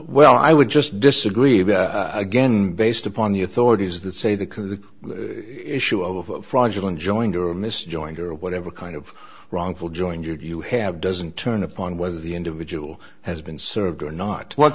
well i would just disagree again based upon the authorities that say the issue of fraudulent joined or miss joined or whatever kind of wrongful joined you have doesn't turn upon whether the individual has been served or not what